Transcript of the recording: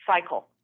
cycle